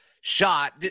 shot